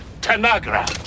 Tanagra